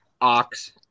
ox